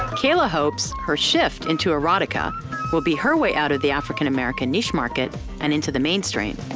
kayla hopes her shift into erotica will be her way out of the african american niche market and into the mainstream.